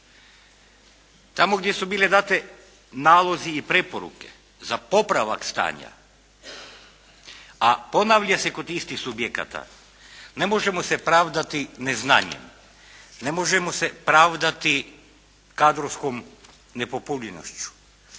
Tamo gdje su bile date nalozi i preporuke za popravak stanja, a ponavlja se kod istih subjekata, ne možemo se pravdati neznanjem, ne možemo se pravdati kadrovskom nepopunjenošću,